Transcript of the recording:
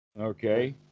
Okay